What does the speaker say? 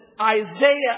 Isaiah